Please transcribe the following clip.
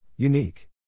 Unique